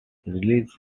release